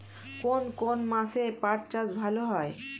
কোন কোন মাসে পাট চাষ ভালো হয়?